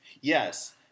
yes